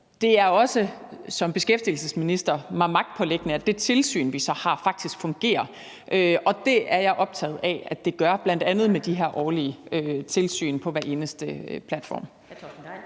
magtpåliggende som beskæftigelsesminister, at det tilsyn, vi så har, faktisk fungerer, og det er jeg optaget af at det gør, bl.a. med de her årlige tilsyn på hver eneste platform.